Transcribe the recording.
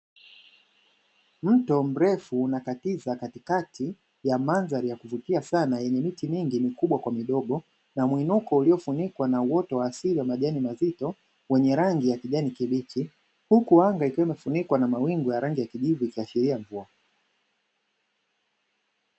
Mto mrefu unakatiza katikati ya mandhari ya kufikia sana yenye nchi nyingi ni kubwa kwa midogo na mwinuko uliofunikwa na wote wa asili ya majani mazito mwenye rangi ya kijani kibichi huku wanga ikisema kuwa na mawingu ya rangi ya kijivu ikiashiria mvua.